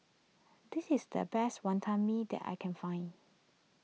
this is the best Wantan Mee that I can find